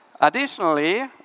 Additionally